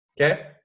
okay